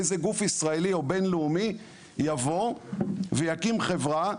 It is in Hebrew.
איזה גוף ישראלי או בין-לאומי יבוא ויקים חברה,